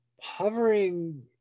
hovering